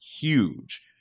huge